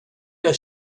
der